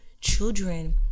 children